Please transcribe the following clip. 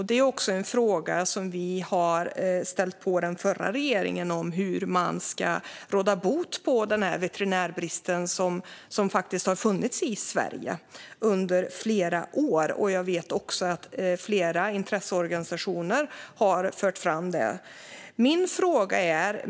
Det är också en fråga som vi har ställt till den förra regeringen: Hur ska man ska råda bot på den veterinärbrist som faktiskt har funnits i Sverige under flera år? Jag vet också att flera intresseorganisationer har fört fram detta.